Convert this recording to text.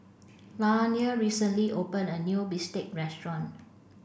Lainey recently opened a new Bistake Restaurant